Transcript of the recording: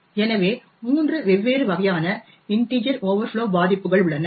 எனவே 3 வெவ்வேறு வகையான இன்டிஜெர் ஓவர்ஃப்ளோ பாதிப்புகள் உள்ளன